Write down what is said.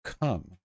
come